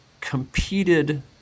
competed